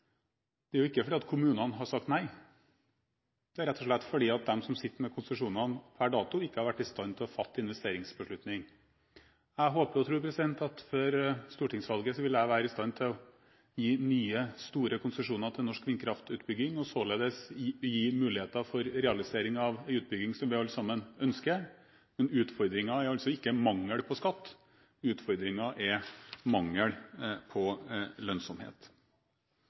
Det er jo ikke fordi kommunene har sagt nei, men rett og slett fordi at de som sitter med konsesjonene per dato, ikke har vært i stand til å fatte investeringsbeslutning. Jeg håper og tror at før stortingsvalget vil jeg være i stand til å gi nye store konsesjoner til norsk vindkraftutbygging og således gi muligheter for realisering av en utbygging som vi alle ønsker, men utfordringen er altså ikke mangel på skatt; utfordringen er mangel på lønnsomhet.